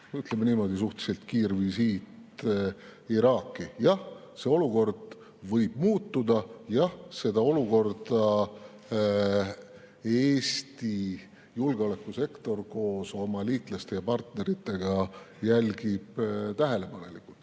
ütleme niimoodi, kiirvisiit Iraaki. Jah, see olukord võib muutuda, jah, seda olukorda Eesti julgeolekusektor koos oma liitlaste ja partneritega jälgib tähelepanelikult.